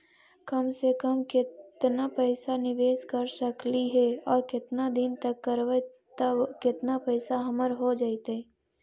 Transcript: कम से कम केतना पैसा निबेस कर सकली हे और केतना दिन तक करबै तब केतना पैसा हमर हो जइतै?